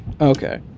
Okay